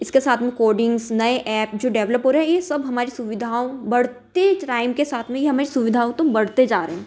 इसके साथ में कोडिंग्स नए ऐप जो डेवलेपर हैं यह सब हमारी सुविधाओं बढ़ती रैंक के साथ में ही हमें सुविधाओं तो बढ़ते जा रहे हैं